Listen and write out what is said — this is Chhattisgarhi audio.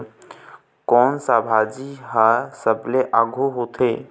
कोन सा भाजी हा सबले आघु होथे?